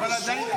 לא קישרו,